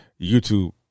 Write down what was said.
YouTube